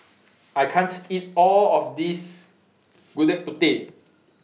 I can't eat All of This Gudeg Putih